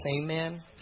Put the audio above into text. Amen